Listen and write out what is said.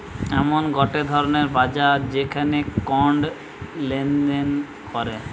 এমন গটে ধরণের বাজার যেখানে কন্ড লেনদেন করে